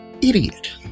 idiot